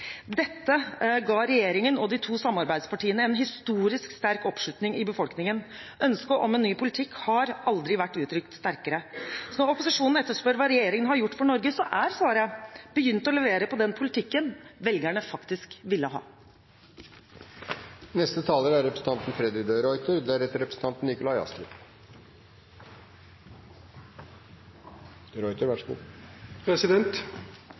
Dette ga regjeringen og de to samarbeidspartiene en historisk sterk oppslutning i befolkningen. Ønsket om en ny politikk har aldri vært uttrykt sterkere. Så når opposisjonen etterspør hva regjeringen har gjort for Norge, er svaret: Vi har begynt å levere på den politikken velgerne faktisk ville